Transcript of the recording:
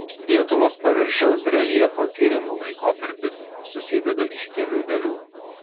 lietuvos paviršiaus reljefo tyrimų laikotarpis susideda iš kelių dalių